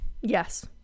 Yes